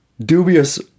dubious